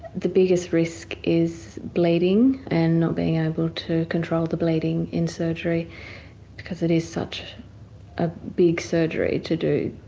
the biggest risk is bleeding and not being able to control the bleeding in surgery because it is such a big surgery to do.